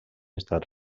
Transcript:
estat